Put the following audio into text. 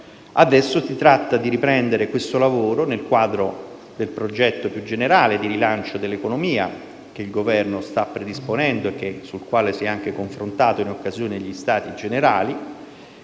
Adesso si tratta di riprendere questo lavoro nel quadro del progetto più generale di rilancio dell'economia che il Governo sta predisponendo e sul quale si è anche confrontato in occasione degli Stati generali.